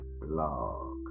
blog